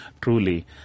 truly